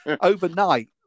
overnight